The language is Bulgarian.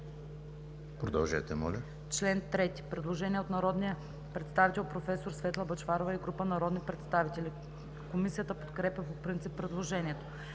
роза“. По чл. 3 има предложение от народния представител професор Светла Бъчварова и група народни представители. Комисията подкрепя по принцип предложението.